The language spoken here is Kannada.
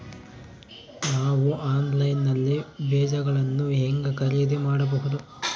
ನಾವು ಆನ್ಲೈನ್ ನಲ್ಲಿ ಬೇಜಗಳನ್ನು ಹೆಂಗ ಖರೇದಿ ಮಾಡಬಹುದು?